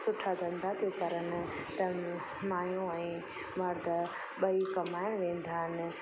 सुठा धंधा थियूं करनि त माइयूं ऐं मर्द ॿई कमाइण वेंदा आहिनि